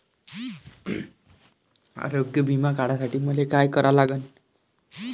आरोग्य बिमा काढासाठी मले काय करा लागन?